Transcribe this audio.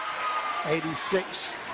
86